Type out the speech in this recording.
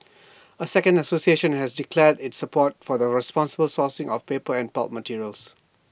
A second association has declared its support for the responsible sourcing of paper and pulp materials